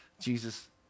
Jesus